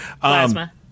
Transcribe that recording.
Plasma